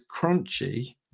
crunchy